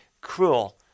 cruel